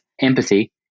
empathy